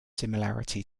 similarity